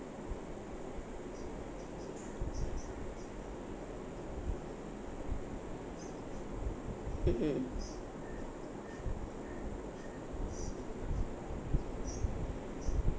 mmhmm